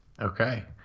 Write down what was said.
okay